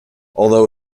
although